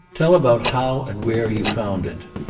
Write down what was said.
tell about how and where you found it.